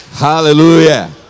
Hallelujah